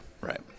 Right